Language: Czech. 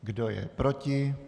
Kdo je proti?